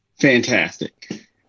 Fantastic